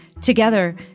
Together